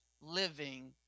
living